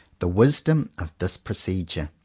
the wisdom of this procedure.